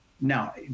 Now